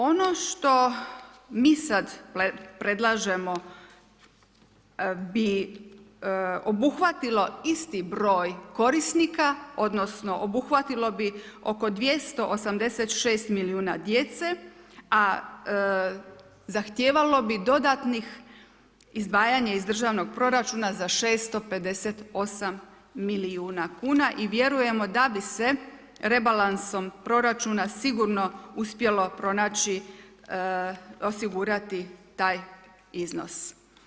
Ono što mi sada predlažemo bi obuhvatilo isti broj korisnika odnosno obuhvatilo bi oko 286 milijuna djece, a zahtijevalo bi dodatnih izdvajanja iz državnog proračuna za 658 milijuna kuna i vjerujemo da bi se rebalansom proračuna sigurno uspjelo pronaći osigurati taj iznos.